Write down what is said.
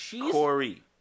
Corey